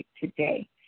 today